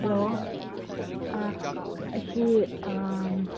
hello ꯑꯥ ꯑꯩꯁꯤ